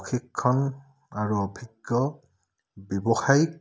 প্ৰশিক্ষণ আৰু অভিজ্ঞ ব্যৱসায়িক